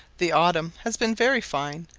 the autumn has been very fine,